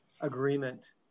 agreement